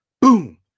Boom